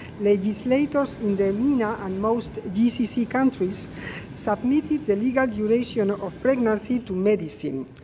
legislators in the mena and most gcc countries submitted the legal duration of pregnancy to medicine.